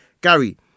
gary